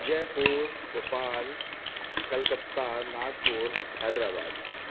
جے پور بھوپال کلکتہ ناگپور حیدرآباد